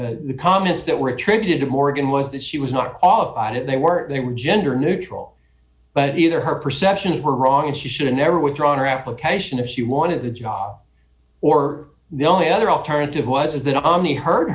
wrong the comments that were attributed to morgan was that she was not qualified and they were they were gender neutral but either her perceptions were wrong and she should have never withdrawn her application if she wanted the job or the only other alternative was as th